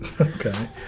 Okay